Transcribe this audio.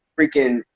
freaking